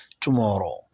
tomorrow